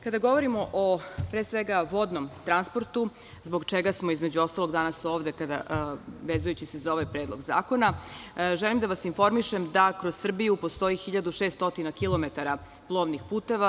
Kada govorimo o, pre svega, vodnom transportu, zbog čega smo između ostalog danas ovde vezujući se za ovaj Predlog zakona, želim da vas informišem da kroz Srbiju postoji 1.600 kilometara plovnih puteva.